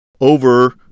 over